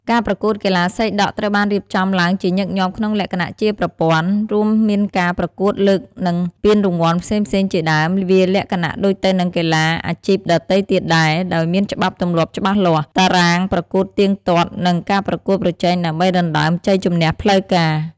ការប្រកួតកីឡាសីដក់ត្រូវបានរៀបចំឡើងជាញឹកញាប់ក្នុងលក្ខណៈជាប្រព័ន្ធ រួមមានការប្រកួតលីគ និងពានរង្វាន់ផ្សេងៗជាដើម វាលក្ខណៈដូចទៅនឹងកីឡាអាជីពដទៃទៀតដែរ ដោយមានច្បាប់ទម្លាប់ច្បាស់លាស់ តារាងប្រកួតទៀងទាត់ និងការប្រកួតប្រជែងដើម្បីដណ្តើមជ័យជម្នះផ្លូវការ។